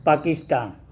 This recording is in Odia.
ପାକିସ୍ତାନ